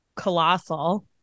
colossal